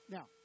Now